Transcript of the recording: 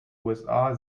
usa